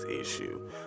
issue